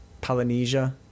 Polynesia